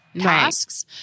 tasks